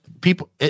people